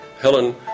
Helen